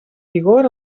vigor